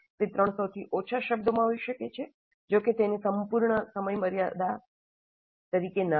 તે 300 થી ઓછા શબ્દોમાં હોઈ શકે જો કે તેને સંપૂર્ણ મર્યાદા તરીકે ન લો